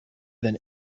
than